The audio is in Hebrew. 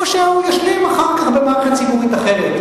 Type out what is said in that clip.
או שהוא ישלים אחר כך במערכת ציבורית אחרת.